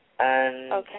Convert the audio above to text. Okay